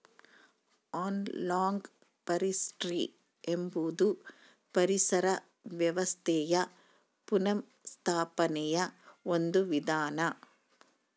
analogue forestry ಎಂಬುದು ಪರಿಸರ ವ್ಯವಸ್ಥೆಯ ಪುನಃಸ್ಥಾಪನೆಯ ಒಂದು ವಿಧಾನ